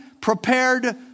prepared